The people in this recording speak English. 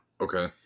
Okay